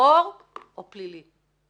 טרור או פלילי.